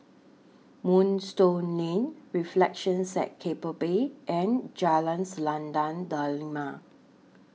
Moonstone Lane Reflections At Keppel Bay and Jalan Selendang Delima